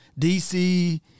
DC